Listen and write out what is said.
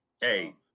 Hey